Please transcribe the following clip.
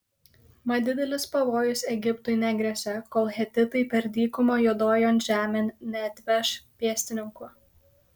mat didelis pavojus egiptui negresia kol hetitai per dykumą juodojon žemėn neatveš pėstininkų